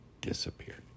disappeared